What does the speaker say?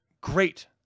great